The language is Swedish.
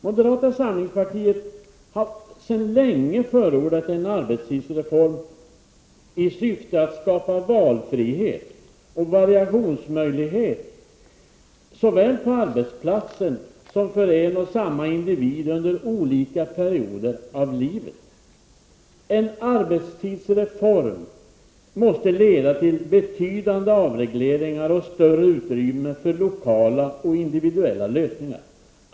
Moderata samlingspartiet har sedan länge förordat en arbetstidsreform i syfte att skapa valfrihet och variationsmöjligheter, på arbetsplatsen och för den enskilda individen under olika perioder av livet. En arbetstidsreform måste leda till en betydande avreglering och till större utrymme för lokala och individuella lösningar.